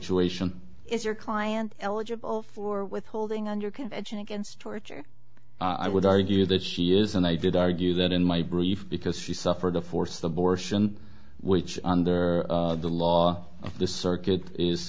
ation is your client eligible for withholding on your convention against torture i would argue that she is and i did argue that in my brief because she suffered a forced abortion which under the law of this circuit is